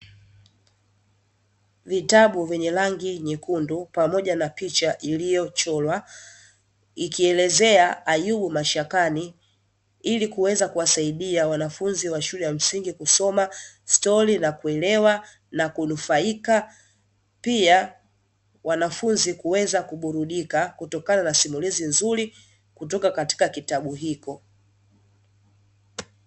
Vitabu vyenye rangi nyekundu pamoja na picha iliyochorwa, ikielezea ayubu mashakani ili kuweza kuwasaidia wanafunzi wa shule ya msingi kusoma stori na kuelewa na kunufaika, pia kuweza kuburudika kutokana na simulizi nzuri kutoka katika kitabu hiko.